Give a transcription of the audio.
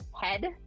Head